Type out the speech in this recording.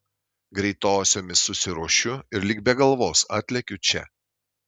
greitosiomis susiruošiu ir lyg be galvos atlekiu čia